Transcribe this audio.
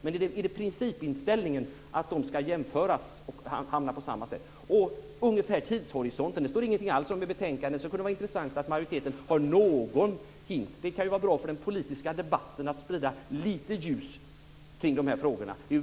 Men är principinställningen att de ska jämföras och liksom hamna på samma sätt? Vidare har vi den ungefärliga tidshorisonten. Det står ingenting alls om den saken i betänkandet, så det kunde vara intressant med någon hint från majoriteten. Det kan ju vara bra för den politiska debatten att sprida lite ljus kring de här frågorna.